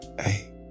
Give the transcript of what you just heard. Hey